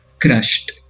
Crushed